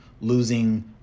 losing